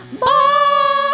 Bye